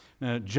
Now